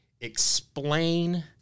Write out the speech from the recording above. explain